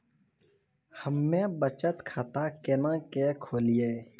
हम्मे बचत खाता केना के खोलियै?